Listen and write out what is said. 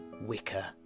wicker